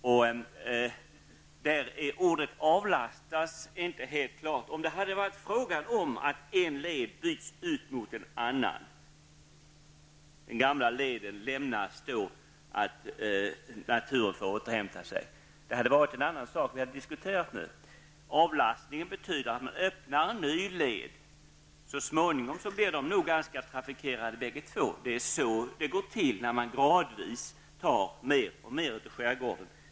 Men ordet ''avlastas'' är inte helt klart. Det hade varit en annan diskussion om det hade gällt att en led byts ut mot en annan, dvs. den gamla leden lämnas då för naturen att återhämta sig. Avlastningen betyder nu att en ny led öppnas. Så småningom blir nog båda lederna väl trafikerade. Det är så det går till när man gradvis utnyttjar mer och mer av skärgården.